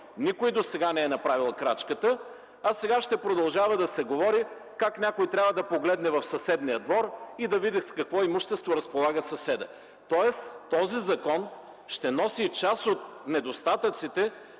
Никой досега не е направил крачката, а сега ще продължава да се говори как някой трябва да погледне в съседния двор и да види с какво имущество разполага съседът. Тоест този закон ще носи част от недостатъците,